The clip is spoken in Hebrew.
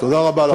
תודה רבה לכם.